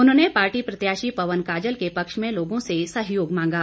उन्होंने पार्टी प्रत्याशी पवन काजल के पक्ष में लोगों से सहयोग मांगा